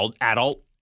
adult